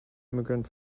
immigrant